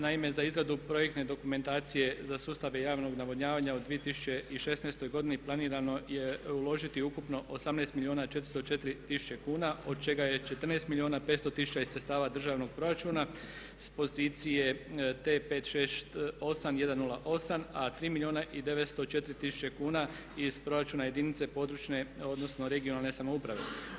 Naime, za izradu projektne dokumentacije za sustave javnog navodnjavanja u 2016. godini planirano je uložiti ukupno 18 milijuna i 404 tisuće kuna od čega je 14 milijuna i 500 tisuća iz sredstava državnog proračuna s pozicije T568108 a 3 milijuna i 904 tisuće kuna iz proračuna jedinice područne odnosno regionalne samouprave.